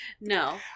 No